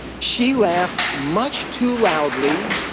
she laughed much too loudly